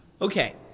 okay